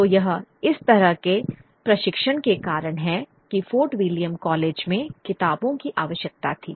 तो यह इस तरह के प्रशिक्षण के कारण है कि फोर्ट विलियम कॉलेज में किताबों की आवश्यकता थी